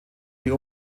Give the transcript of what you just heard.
die